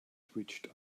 twitched